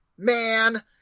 Man